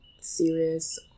serious